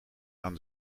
aan